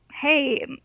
hey